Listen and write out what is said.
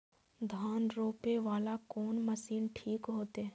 धान रोपे वाला कोन मशीन ठीक होते?